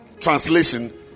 Translation